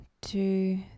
two